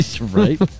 Right